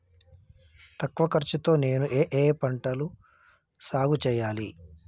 తక్కువ ఖర్చు తో నేను ఏ ఏ పంటలు సాగుచేయాలి?